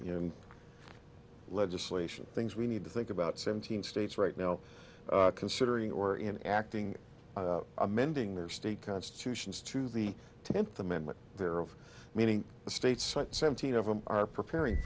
in legislation things we need to think about seventeen states right now considering or in acting amending their state constitutions to the tenth amendment there of meaning the states cite seventeen of them are preparing